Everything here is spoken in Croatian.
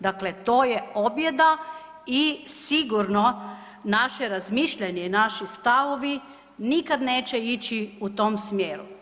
Dakle, to je objeda i sigurno naše razmišljanje, naši stavovi nikad neće ići u tom smjeru.